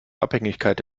abhängigkeit